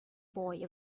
boy